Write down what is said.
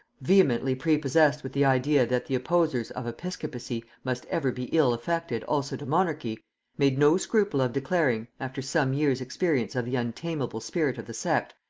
vehemently prepossessed with the idea that the opposers of episcopacy must ever be ill affected also to monarchy made no scruple of declaring, after some years experience of the untameable spirit of the sect,